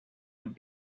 would